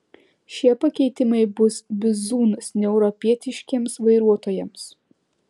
šie pakeitimai bus bizūnas neeuropietiškiems vairuotojams